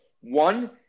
One